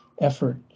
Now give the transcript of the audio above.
effort –